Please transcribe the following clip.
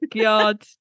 god